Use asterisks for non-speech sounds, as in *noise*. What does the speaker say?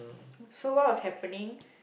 *breath* so what was happening